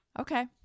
Okay